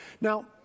Now